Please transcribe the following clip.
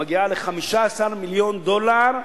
מגיעה ל-15 מיליון דולר,